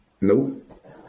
Nope